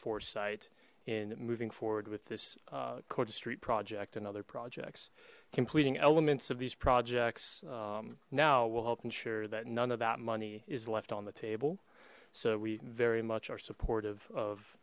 foresight in moving forward with this coda street project and other projects completing elements of these projects now will help ensure that none of that money is left on the table so we very much are supportive of